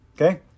Okay